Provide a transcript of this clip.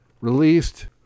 released